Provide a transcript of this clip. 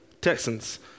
Texans